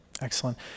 Excellent